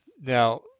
Now